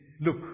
Look